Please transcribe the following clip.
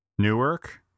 Newark